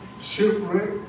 shipwreck